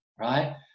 right